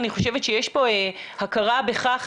אני חושבת שיש פה הכרה בכך,